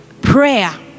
prayer